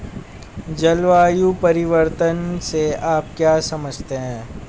जलवायु परिवर्तन से आप क्या समझते हैं?